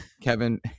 Kevin